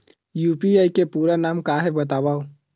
UPI के पूरा नाम का हे बतावव?